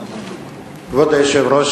כבוד היושב-ראש,